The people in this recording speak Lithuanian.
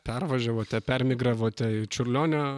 pervažiavote permigravote į čiurlionio